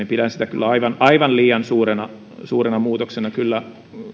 pidän sitä kyllä aivan aivan liian suurena suurena muutoksena kyllä